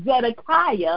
Zedekiah